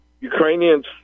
Ukrainians